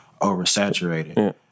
oversaturated